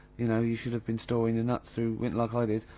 you know, you should've been storin' your nuts through like i did,